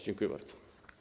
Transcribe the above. Dziękuję bardzo.